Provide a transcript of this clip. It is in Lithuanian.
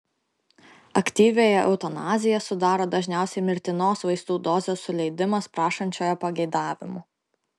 aktyviąją eutanaziją sudaro dažniausiai mirtinos vaistų dozės suleidimas prašančiojo pageidavimu